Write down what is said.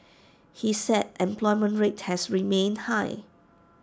he said employment rate has remained high